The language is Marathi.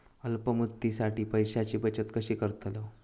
अल्प मुदतीसाठी पैशांची बचत कशी करतलव?